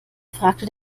fragte